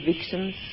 victims